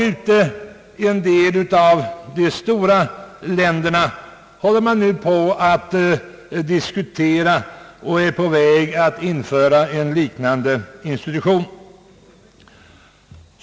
I en del av de stora länderna håller man nu på att diskutera och är på väg att införa en liknande institution.